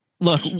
look